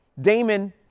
Damon